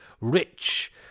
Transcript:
rich